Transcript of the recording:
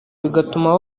bigatuma